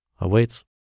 awaits